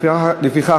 לפיכך,